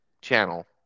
channel